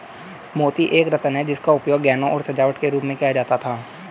मोती एक रत्न है जिसका उपयोग गहनों और सजावट के रूप में किया जाता था